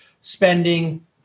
spending